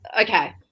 okay